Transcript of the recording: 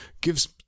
gives